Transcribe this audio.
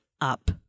up